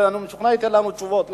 ואני משוכנע שהוא ייתן לנו תשובות.